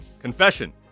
Confession